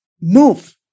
move